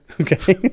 okay